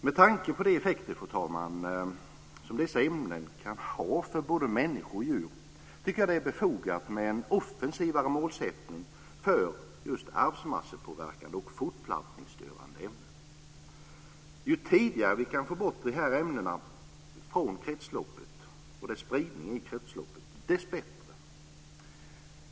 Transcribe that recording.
Med tanke på de effekter, fru talman, som dessa ämnen kan ha för både människor och djur tycker jag att det är befogat med en offensivare målsättning för just arvsmassepåverkande och fortplantningsstörande ämnen. Ju tidigare vi kan få bort de ämnena från spridning i kretsloppet dess bättre.